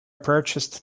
purchased